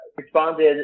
responded